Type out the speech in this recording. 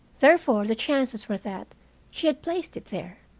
therefore the chances were that she had placed it there.